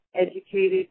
educated